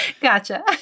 Gotcha